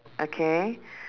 okay